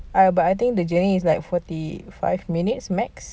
I but I think the journey is like forty five minutes max